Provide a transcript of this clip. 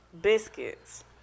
biscuits